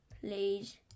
Please